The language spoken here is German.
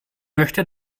möchte